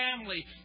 family